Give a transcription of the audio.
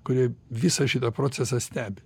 kurie visą šitą procesą stebi